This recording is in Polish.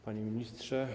Panie Ministrze!